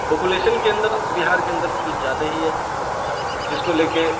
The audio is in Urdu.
پاپولیشن کے اندر بہار کے اندر کچھ زیادہ ہی ہے جس کو لے کے